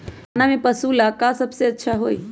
दाना में पशु के ले का सबसे अच्छा होई?